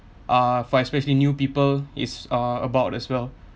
uh for especially new people is uh about as well